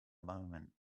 moment